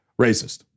Racist